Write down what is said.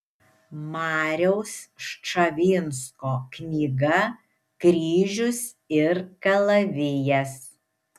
mariaus ščavinsko knyga kryžius ir kalavijas